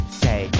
say